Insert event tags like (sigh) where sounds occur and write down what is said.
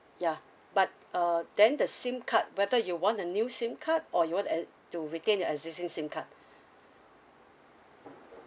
ya but err then the SIM card whether you want a new SIM card or you want e~ to retain your existing SIM card (breath)